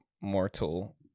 mortal